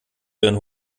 ihren